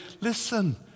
Listen